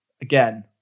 Again